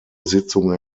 sitzung